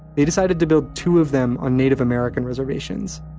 they decided to build two of them on native american reservations,